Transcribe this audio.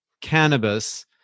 cannabis